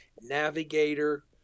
navigator